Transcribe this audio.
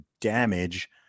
damage